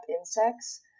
insects